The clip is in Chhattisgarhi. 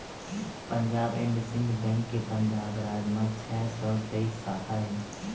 पंजाब एंड सिंध बेंक के पंजाब राज म छै सौ तेइस साखा हे